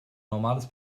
normales